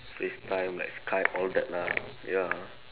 FaceTime like Skype all that lah ya